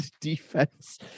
defense